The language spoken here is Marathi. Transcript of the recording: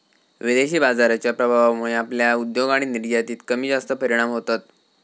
विदेशी बाजाराच्या प्रभावामुळे आपल्या उद्योग आणि निर्यातीत कमीजास्त परिणाम होतत